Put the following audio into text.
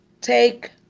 Take